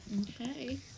Okay